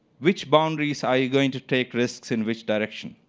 which boundaries are you going to take risks in which direction.